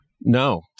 No